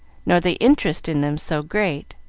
nor the interest in them so great